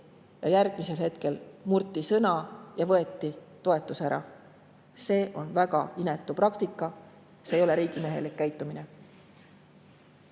ja järgmisel hetkel murti sõna ja võeti toetus ära. See on väga inetu praktika, see ei ole riigimehelik käitumine.